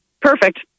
Perfect